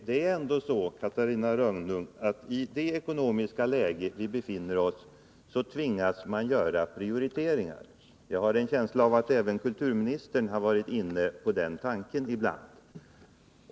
Herr talman! I det ekonomiska läge där vi befinner oss tvingas man, Catarina Rönnung, att göra prioriteringar. Jag har en känsla av att även kulturministern har varit inne på den tanken ibland.